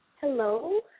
Hello